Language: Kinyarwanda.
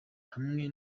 hamwe